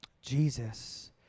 Jesus